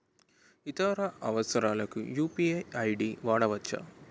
ఇతర అవసరాలకు UPI ID వాడవచ్చా?